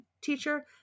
teacher